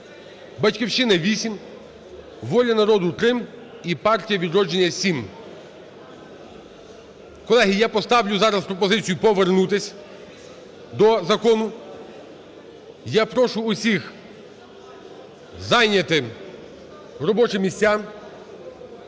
"Батьківщина" – 8, "Воля народу" – 3 і "Партія "Відродження" – 7. Колеги, я поставлю зараз пропозицію повернутись до закону. Я прошу всіх зайняти робочі місця,